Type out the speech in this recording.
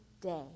day